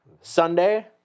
Sunday